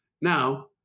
Now